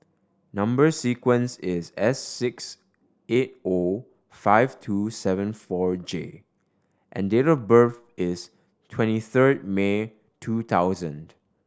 number sequence is S six eight O five two seven four J and date of birth is twenty third May two thousand